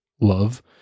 love